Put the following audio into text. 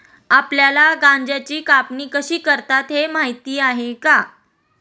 आपल्याला गांजाची कापणी कशी करतात हे माहीत आहे का?